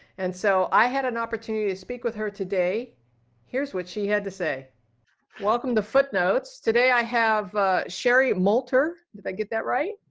and so i had an opportunity to speak with her today here's what she had to say welcome to footnotes today. i have sherry moltar. did i get that right?